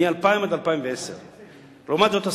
מ-2000 עד 2010. לעומת זאת,